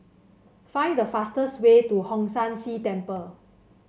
find the fastest way to Hong San See Temple